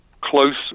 Close